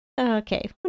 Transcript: Okay